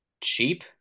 cheap